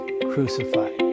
crucified